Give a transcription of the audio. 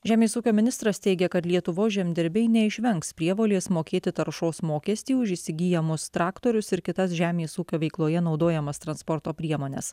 žemės ūkio ministras teigia kad lietuvos žemdirbiai neišvengs prievolės mokėti taršos mokestį už įsigyjamus traktorius ir kitas žemės ūkio veikloje naudojamas transporto priemones